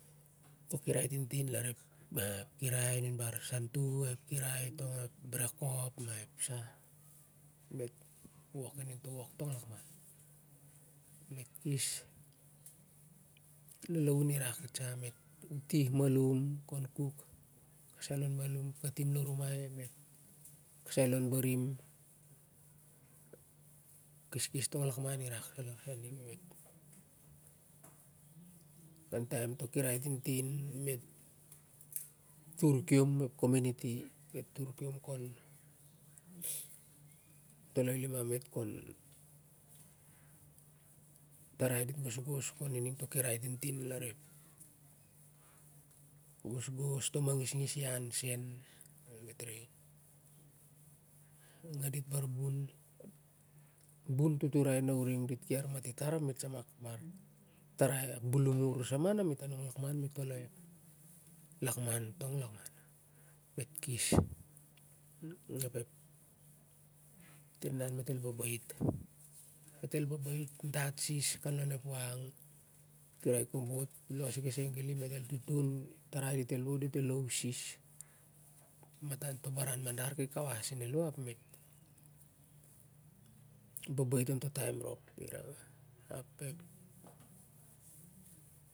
To kirai tintin lar ep kirai nun e santu ep brekop ma ep sah, mit wok ining to wok tong lakman ap mit kes lalaun irak it sa mit utih malum kon kak kasai lon malum kasai lo mmai kasai lon barim, kes kes tong lakuman irak it sa lar saning ningan taem to kirai tintin mit tur kiom ep komuniti mit tur kiom kon toloi limam mit kon tarai dit gosgos on i ning toh kirai tintin lar ep gosgos toh mang isgis ian sen na mit re a dit barbah, buntuturai na uring na dit ki armati tar ap mit sa ma bar tarai bulumur sa ma na mit anong an lakman mit toloi ep lakman tong lakman mit kes mit inan mit el baba it mit el baba it mit el baba it dat sis kan lon ep wak kirai kobot mit el los i kasai gali mit el tun i ep tarai dit el wot dit el low sis matan to baran ki kawas sen a lo mit sen a lo ep baba it on to tawm rop